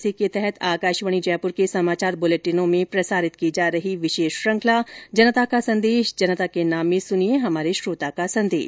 इसी के तहत आकाशवाणी जयप्र के समाचार बुलेटिनों में प्रसारित की जा रही विशेष श्रुखंला जनता का संदेश जनता के नाम में सुनिये हमारे श्रोता का संदेश